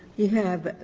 you have